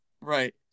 Right